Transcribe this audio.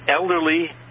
elderly